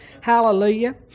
Hallelujah